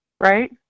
right